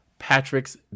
Patrick's